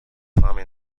fama